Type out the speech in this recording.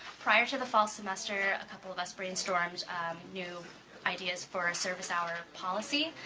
prior to the fall semester, a couple of us brainstorm new ideas for our service hour policy.